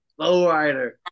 lowrider